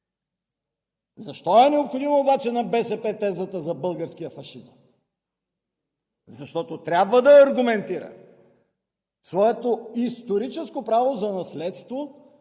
Защо е необходима обаче на БСП тезата за българския фашизъм? Защото трябва да аргументира своето историческо право за наследство